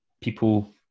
people